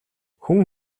хүн